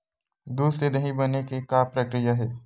दूध से दही बने के का प्रक्रिया हे?